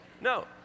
no